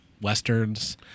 westerns